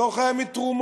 ולא חיה מתרומות.